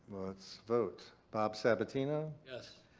let's vote. bob sabatino. yes.